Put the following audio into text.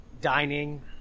dining